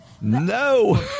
No